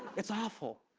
it's awful.